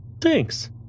thanks